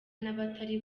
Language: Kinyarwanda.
n’abatari